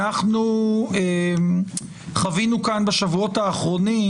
אנחנו חווינו כאן בשבועות האחרונים